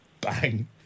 Bang